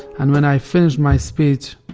and when i finished my speech,